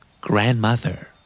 grandmother